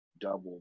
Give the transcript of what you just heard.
double